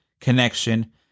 connection